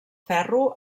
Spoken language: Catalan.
ferro